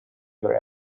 other